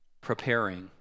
preparing